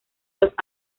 los